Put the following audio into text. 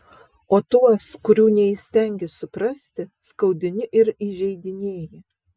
o tuos kurių neįstengi suprasti skaudini ir įžeidinėji